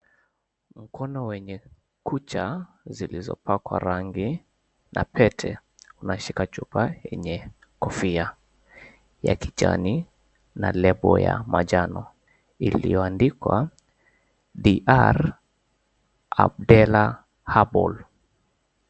Mkono wenye kucha zilizopakwa rangi na pete, unashika chupa yenye kofia ya kijani na lebo ya manjano iliyoandikwa DR Habdela Herbal .